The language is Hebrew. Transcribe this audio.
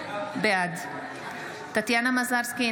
בעד טטיאנה מזרסקי,